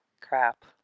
crap